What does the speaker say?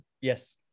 Yes